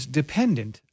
dependent